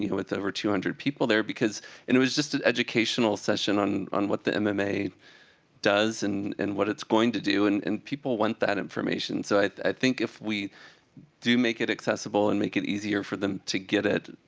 you know with over two hundred people there, because and it was just an educational session on on what the mma does, and and what it's going to do. and and people want that information. so i i think if we do make it accessible, and make it easier for them to get it,